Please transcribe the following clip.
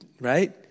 Right